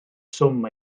swm